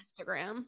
Instagram